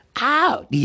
Out